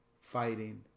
fighting